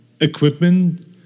equipment